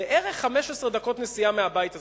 בערך 15 דקות נסיעה מהבית הזה,